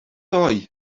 ddoe